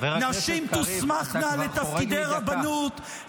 נשים תוסמכנה לתפקידי רבנות,